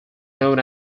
known